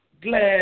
Glad